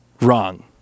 Wrong